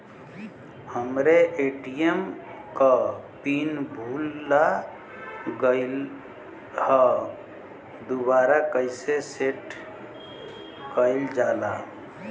हमरे ए.टी.एम क पिन भूला गईलह दुबारा कईसे सेट कइलजाला?